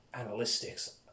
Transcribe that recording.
analytics